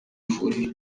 vuriro